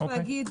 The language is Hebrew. צריך להגיד,